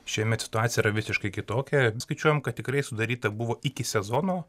šiemet situacija yra visiškai kitokia skaičiuojam kad tikrai sudaryta buvo iki sezono